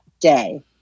day